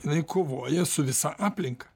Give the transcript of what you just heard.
jinai kovoja su visa aplinka